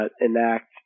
enact